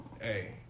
hey